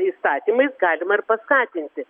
įstatymais galima ir paskatinti